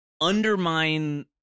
undermine